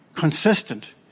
consistent